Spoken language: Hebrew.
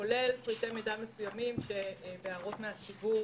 כולל פרטי מידע נוספים והערות מהציבור